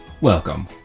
welcome